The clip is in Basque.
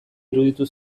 iruditu